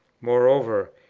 moreover,